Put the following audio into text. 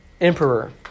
emperor